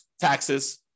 taxes